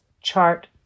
chart